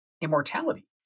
immortality